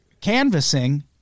canvassing